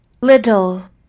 Little